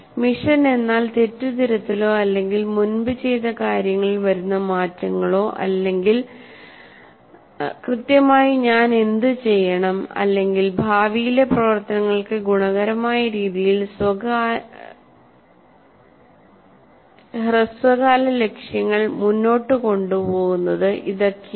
mission എന്നാൽ തെറ്റ് തിരുത്തലോ അല്ലെങ്കിൽ മുൻപ് ചെയ്ത കാര്യങ്ങളിൽ വരുന്ന മാറ്റങ്ങളോ അല്ലെങ്കിൽ കൃത്യമായി ഞാൻ എന്ത് ചെയ്യണം അല്ലെങ്കിൽ ഭാവിയിലെ പ്രവർത്തനങ്ങൾക്ക് ഗുണകരമായ രീതിയിൽ ഹ്രസ്വകാല ലക്ഷ്യങ്ങൾ മുന്നോട്ട് കൊണ്ടുപോകുന്നത് ഇതൊക്കയാണ്